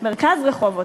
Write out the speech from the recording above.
את מרכז רחובות,